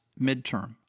midterm